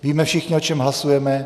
Víme všichni, co hlasujeme?